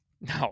No